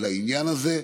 לעניין הזה.